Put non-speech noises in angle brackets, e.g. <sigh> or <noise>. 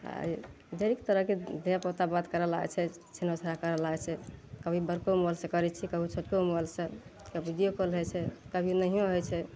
आ ई ढेरिक तरहके धिआपुता बात करऽ लागै छै छीनो <unintelligible> करऽ लागै छै कभी बड़को मोबाइल से करै छियै कभी छोटको मोबाइल से कभी बिडियो कॉल भए जाइ छै कभी नहियो होइ छै